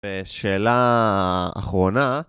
ושאלה אחרונה